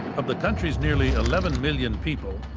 of the country's nearly eleven million people,